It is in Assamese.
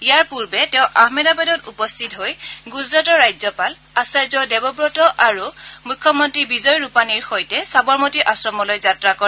ইয়াৰ পূৰ্বে তেওঁ আহমেদাবাদত উপস্থিত হৈ গুজৰাটৰ ৰাজ্যপাল আচাৰ্য দেৱৱত আৰু মুখ্যমন্ত্ৰী বিজয় ৰূপানীৰ সৈতে সবৰমতী আশ্ৰমলৈ যাত্ৰা কৰে